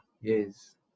Yes